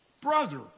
brother